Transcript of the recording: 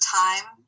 time